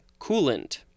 coolant